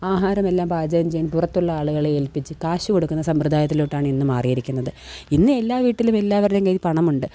ആഹാരമെല്ലാം പാചകം ചെയ്യാൻ പുറത്തുള്ള ആളുകളെ ഏൽപ്പിച്ച് കാശ് കൊടുക്കുന്ന സമ്പ്രദായത്തിലോട്ടാണിന്ന് മാറിയിരിക്കുന്നത് ഇന്ന് എല്ലാ വീട്ടിലും എല്ലാവരുടേം കയ്യിൽ പണമുണ്ട്